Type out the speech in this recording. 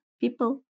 People